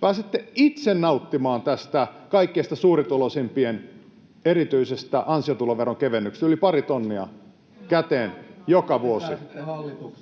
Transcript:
pääsette itse nauttimaan tästä kaikista suurituloisimpien erityisestä ansiotuloveron kevennyksestä, yli pari tonnia käteen joka vuosi [Ari Koposen